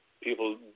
people